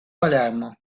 palermo